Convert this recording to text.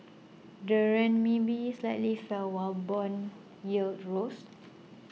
the Renminbi slightly fell while bond yields rose